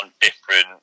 different